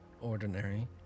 ordinary